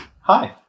Hi